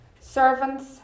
Servants